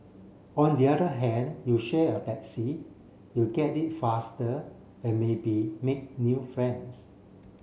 on the other hand you share a taxi you get it faster and maybe make new friends